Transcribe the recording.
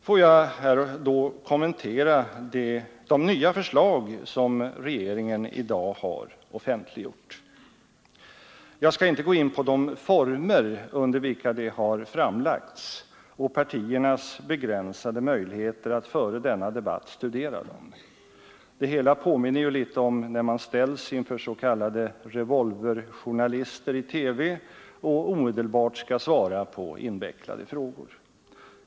Får jag här kommentera de nya förslag som regeringen i dag har offentliggjort. Jag skall inte gå in på de former, under vilka de har framlagts, och partiernas begränsade möjligheter att före debatten i dag studera dem. Det hela påminner i någon mån om hur man ställs inför s.k. revolverjournalister i TV och omedelbart skall svara på invecklade frågor.